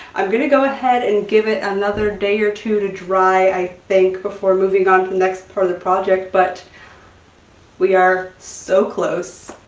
i'm gonna go ahead and give it another day or two to dry, i think, before moving on to the next part of the project, but we are so close.